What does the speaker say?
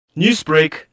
Newsbreak